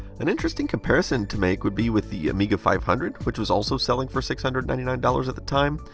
an interesting comparison to make would be with the amiga five hundred, which was also selling for six hundred and ninety nine dollars at the time.